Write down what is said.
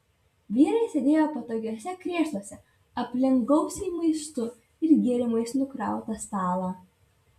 vyrai sėdėjo patogiuose krėsluose aplink gausiai maistu ir gėrimais nukrautą stalą